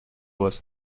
вас